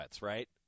right